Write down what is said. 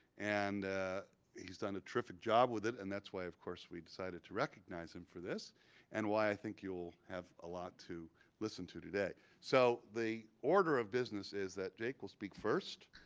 and he's done a terrific job with it. and that's why, of course, we decided to recognize him for this and why i think you'll have a lot to listen to today. so the order of business is that jake will speak first.